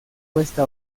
cuesta